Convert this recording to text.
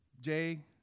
Jay